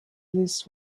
this